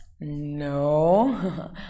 No